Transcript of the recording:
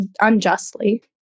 unjustly